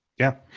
yeah.